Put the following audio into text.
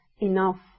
enough